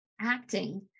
acting